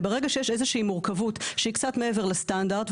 וברגע שיש איזושהי מורכבות שהיא קצת מעבר לסטנדרט,